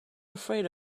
afraid